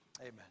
Amen